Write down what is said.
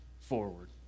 forward